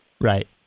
Right